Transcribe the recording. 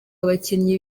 abakinnyi